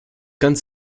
ganz